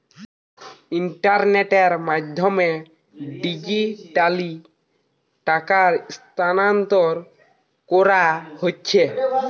ইন্টারনেটের মাধ্যমে ডিজিটালি টাকা স্থানান্তর কোরা হচ্ছে